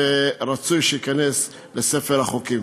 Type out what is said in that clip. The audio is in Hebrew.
ורצוי שייכנס לספר החוקים.